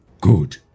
Good